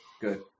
Good